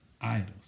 idols